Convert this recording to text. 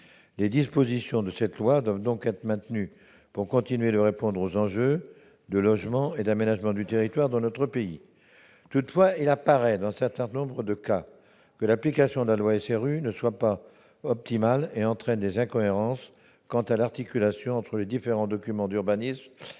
Les dispositions de cette loi doivent donc être maintenues pour continuer de répondre aux enjeux de logement et d'aménagement du territoire dans notre pays. Toutefois, il apparaît, dans un certain nombre de cas, que l'application de la loi SRU n'est pas optimale et entraîne des incohérences quant à l'articulation entre les différents documents d'urbanisme